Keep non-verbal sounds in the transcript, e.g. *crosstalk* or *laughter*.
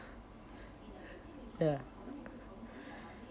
ya *breath*